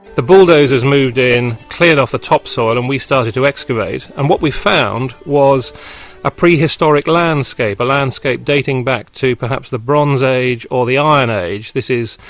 the bulldozers moved in, cleared off the topsoil and we started to excavate and what we found was a prehistoric landscape, a landscape dating back to perhaps the bronze age or the iron age. this is,